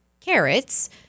carrots